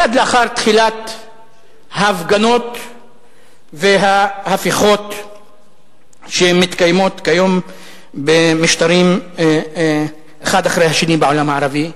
מייד לאחר תחילת ההפגנות וההפיכות שמתקיימות כיום במשטרים בעולם הערבי,